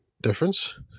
difference